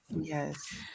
yes